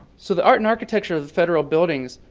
so the art and architecture of the federal building